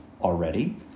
already